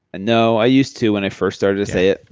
no. i used to when i first started to say it.